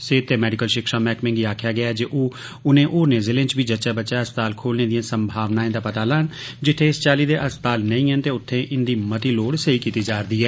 सेहत ते मैडिकल शिक्षा मैह्कमें गी आक्खेआ गेया ऐ जे ओह उनें होरने ज़िलें च बी जच्वा बच्वा अस्पताल खोलने दिए संभावनाएं दा पता लान जित्थे इस चाली दे अस्पताल नेईं ऐन ते उत्थे इंदी मती लोड़ सेई कीती जा'रदा ऐ